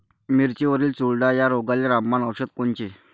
मिरचीवरील चुरडा या रोगाले रामबाण औषध कोनचे?